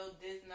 Disney